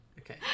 Okay